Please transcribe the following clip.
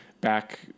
back